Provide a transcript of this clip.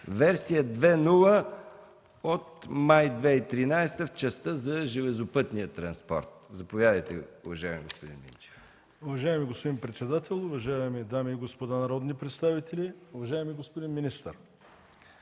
версия 2.0 от 28 май 2013 г., в частта за железопътния транспорт. Заповядайте, уважаеми господин Минчев. МИНЧО МИНЧЕВ (КБ): Уважаеми господин председател, уважаеми дами и господа народни представители! Уважаеми господин министър,